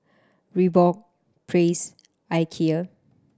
Reebok Praise Ikea